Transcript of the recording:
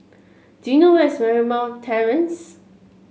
do you know where is Marymount Terrace